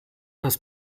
dass